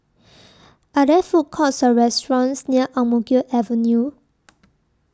Are There Food Courts Or restaurants near Ang Mo Kio Avenue